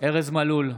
ארז מלול,